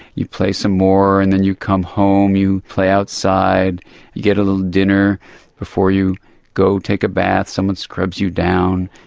you play some more and then you come home, you play outside, you get a little dinner before you go take a bath, someone scrubs you down,